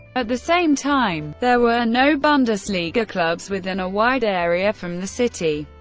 at the same time, there were no bundesliga clubs within a wide area from the city,